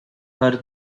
her